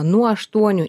nuo aštuonių